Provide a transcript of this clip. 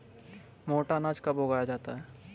मोटा अनाज कब उगाया जाता है?